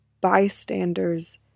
bystanders